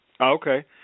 Okay